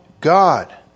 God